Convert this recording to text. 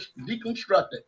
deconstructed